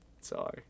Sorry